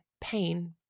pain